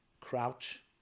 crouch